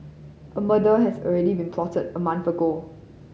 a murder has already been plotted a month ago